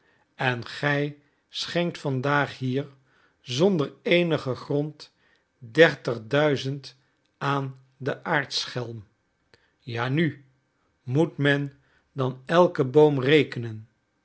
en gij schenkt vandaag hier zonder eenigen grond dertigduizend aan een aartsschelm ja nu moet men dan elken boom rekenen